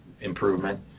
improvement